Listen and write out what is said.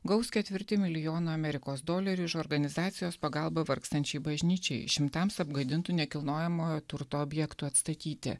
gaus ketvirtį milijono amerikos dolerių iš organizacijos pagalba vargstančiai bažnyčiai šimtams apgadintų nekilnojamojo turto objektų atstatyti